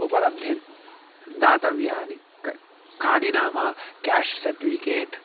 उपलभ्यन्ते दातव्यानि कानि कानि नाम केश् सर्टिविकेट्